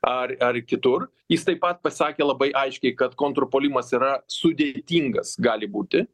ar ar kitur jis taip pat pasakė labai aiškiai kad kontrpuolimas yra sudėtingas gali būti